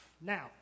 Now